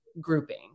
grouping